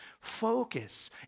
Focus